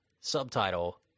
subtitle